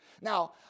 Now